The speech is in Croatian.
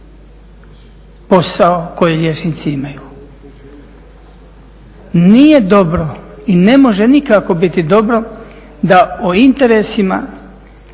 posao koji liječnici imaju. Nije dobro i ne može nikako biti dobro da o interesima